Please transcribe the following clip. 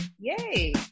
yay